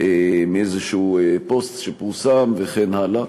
מאיזה פוסט שפורסם, וכן הלאה,